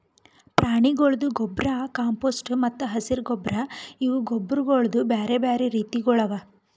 ಪ್ರಾಣಿಗೊಳ್ದು ಗೊಬ್ಬರ್, ಕಾಂಪೋಸ್ಟ್ ಮತ್ತ ಹಸಿರು ಗೊಬ್ಬರ್ ಇವು ಗೊಬ್ಬರಗೊಳ್ದು ಬ್ಯಾರೆ ಬ್ಯಾರೆ ರೀತಿಗೊಳ್ ಅವಾ